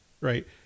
right